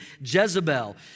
Jezebel